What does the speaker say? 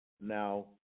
Now